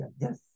Yes